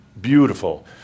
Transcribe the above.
Beautiful